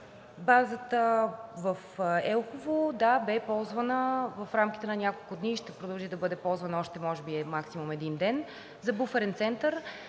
Базата в Елхово – да, бе ползвана и в рамките на няколко дни ще продължи да бъде ползвана може би още максимум един ден за буферен център,